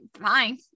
fine